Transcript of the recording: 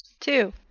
Two